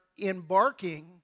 embarking